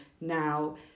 now